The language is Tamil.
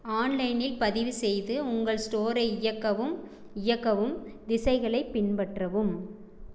ஆன்லைனில் பதிவு செய்து உங்கள் ஸ்டோரை இயக்கவும் இயக்கவும் திசைகளைப் பின்பற்றவும்